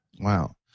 Wow